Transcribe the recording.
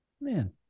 Man